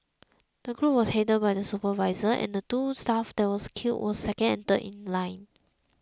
the group was headed by the supervisor and the two staff that were killed were second and third in line